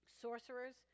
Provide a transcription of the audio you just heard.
Sorcerers